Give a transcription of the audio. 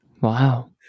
Wow